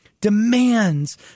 demands